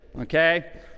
okay